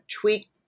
tweak